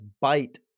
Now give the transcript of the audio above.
bite